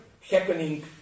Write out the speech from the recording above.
happening